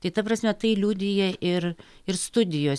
tai ta prasme tai liudija ir ir studijos